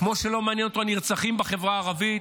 כמו שלא מעניין אותו הנרצחים בחברה הערבית,